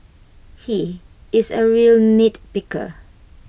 he is A real nitpicker